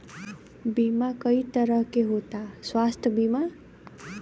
बीमा कई तरह के होता स्वास्थ्य बीमा?